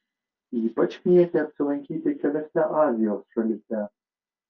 ypač knieti apsilankyti keliose azijos šalyse